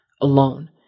alone